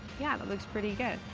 yeah, that looks pretty good.